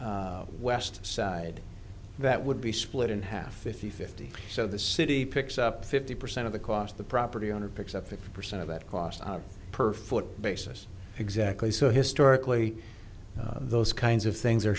street west side that would be split in half fifty fifty so the city picks up fifty percent of the cost the property owner picks up fifty percent of that cost per foot basis exactly so historically those kinds of things are